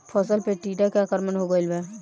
फसल पे टीडा के आक्रमण हो गइल बा?